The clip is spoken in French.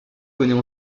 connaît